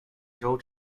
兖州